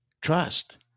trust